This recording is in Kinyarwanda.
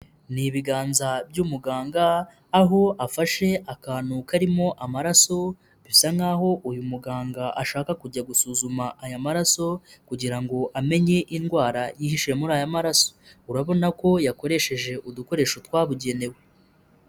Ni ibiganza by'umuganga aho afashe akantu karimo amaraso bisa nk'aho uyu muganga ashaka kujya gusuzuma aya maraso, kugira ngo amenye indwara yihishe muri aya maraso. Urabona ko yakoresheje udukoresho twabugenewe.